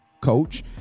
coach